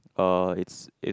uh it's it